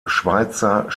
schweizer